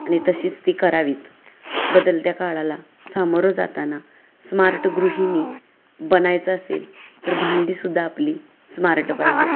आणि तशीच ती करावीत बदलत्या काळाला सामोरं जाताना स्मार्ट गृहिणी बनायचं असेल तर भांडीसुद्धा आपली स्मार्ट पाहिजेत